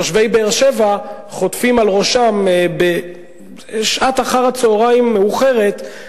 תושבי באר-שבע חוטפים על ראשם בשעת אחר-צהריים מאוחרת,